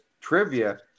trivia